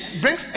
brings